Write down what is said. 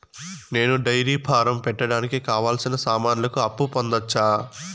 నేను dairy farm పెట్టడానికి కావాల్సిన సామాన్లకు అప్పు పొందొచ్చా?